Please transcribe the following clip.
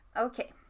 okay